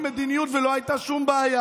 מה, אני קבעתי מדיניות ולא הייתה שום בעיה.